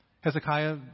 Hezekiah